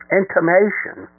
intimation